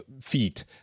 feat